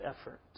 effort